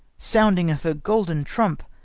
sounding of her golden trump,